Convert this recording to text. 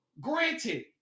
Granted